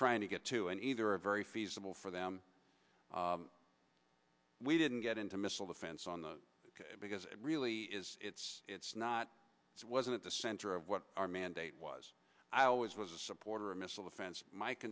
trying to get to and either a very feasible for them we didn't get into missile defense on the because it really is it's not it wasn't the center of what our mandate was i always was a supporter of missile defense mike